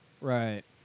Right